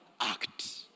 act